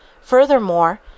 Furthermore